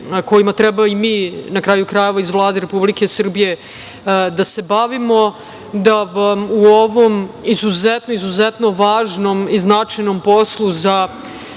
kojima treba i mi, na kraju krajeva, iz Vlade Republike Srbije da se bavimo, da vam u ovom izuzetno važnom i značajnom poslu za